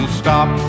stop